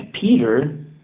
Peter